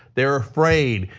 they're afraid,